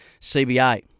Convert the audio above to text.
CBA